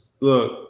Look